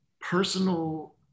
personal